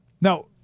Now